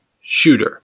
shooter